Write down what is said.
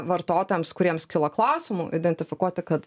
vartotojams kuriems kilo klausimų identifikuoti kad